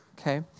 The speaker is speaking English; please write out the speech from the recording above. okay